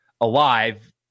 alive